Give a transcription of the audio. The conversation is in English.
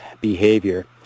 behavior